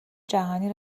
جهانی